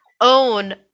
own